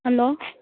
hello